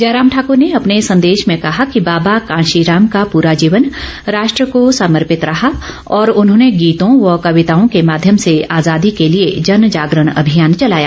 जयराम ठाकुर ने अपने संदेश में कहा कि बाबा कांशीराम का पूरा जीवन राष्ट्र को समर्पित रहा और उन्होंने गीतों व कविताओं के माध्यम से आजादी के लिए जन जागरण अभियान चलाया